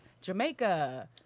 jamaica